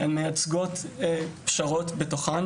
הן מייצגות הרבה פשרות בתוכן.